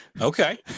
okay